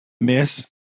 miss